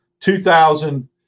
2,000